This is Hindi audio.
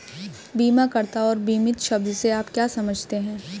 बीमाकर्ता और बीमित शब्द से आप क्या समझते हैं?